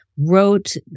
Wrote